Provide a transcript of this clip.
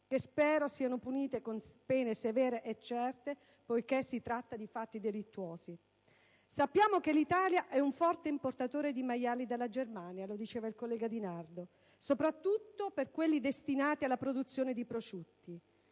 che spero siano punite con pene severe e certe, poiché si tratta di fatti delittuosi. Sappiamo che l'Italia è un forte importatore di maiali dalla Germania - lo ha evidenziato il collega Di Nardo - soprattutto di quelli destinati alla produzione di prosciutti.